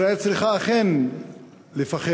ישראל צריכה אכן לפחד,